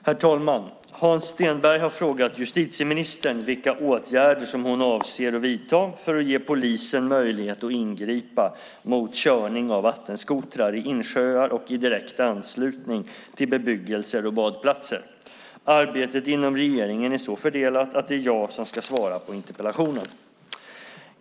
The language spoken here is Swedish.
Herr talman! Hans Stenberg har frågat justitieministern vilka åtgärder som hon avser att vidta för att ge polisen möjlighet att ingripa mot körning av vattenskotrar i insjöar och i direkt anslutning till bebyggelser och badplatser. Arbetet inom regeringen är så fördelat att det är jag som ska svara på interpellationen.